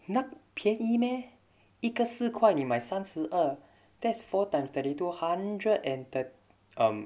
那便宜 meh 一个四块你买三十二 that's four times thirty two hundred and thir~ um